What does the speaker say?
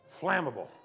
flammable